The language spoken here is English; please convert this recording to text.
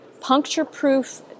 Puncture-Proof